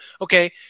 okay